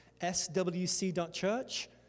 swc.church